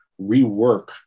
rework